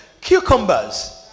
cucumbers